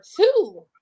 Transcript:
two